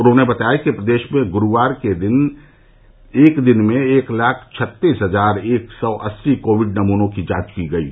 उन्होंने बताया कि प्रदेश में गुरूवार को एक दिन में एक लाख छत्तीस हजार एक सौ अस्सी कोविड नमूनों की जांच की गयी